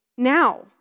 now